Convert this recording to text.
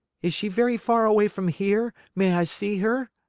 is she very far away from here? may i see her?